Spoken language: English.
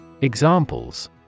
Examples